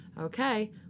Okay